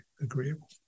agreeable